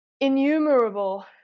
innumerable